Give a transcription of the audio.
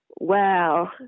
Wow